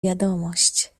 wiadomość